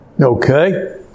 Okay